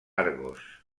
argos